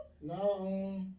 No